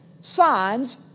signs